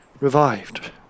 revived